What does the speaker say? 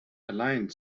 allein